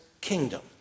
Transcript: kingdom